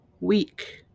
week